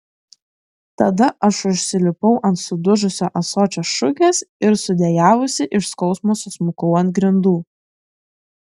tada aš užsilipau ant sudužusio ąsočio šukės ir sudejavusi iš skausmo susmukau ant grindų